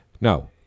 no